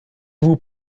vous